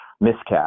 miscast